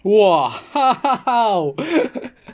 !wow! haha how